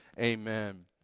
Amen